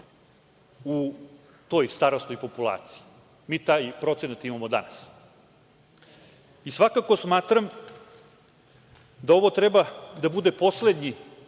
u toj starosnoj populaciji. Mi taj procenat imamo danas. Svakako smatram da ovo treba da bude poslednji